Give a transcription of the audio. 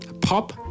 Pop